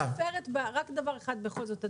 רק דבר אחד בכל זאת,